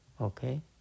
okay